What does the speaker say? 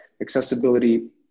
accessibility